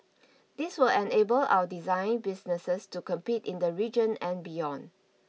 this will enable our design businesses to compete in the region and beyond